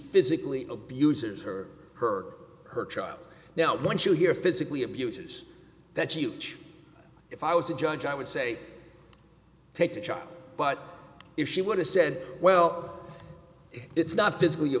physically abuses her her or her child now once you hear physically abuse is that's a huge if i was a judge i would say take the child but if she would have said well it's not physically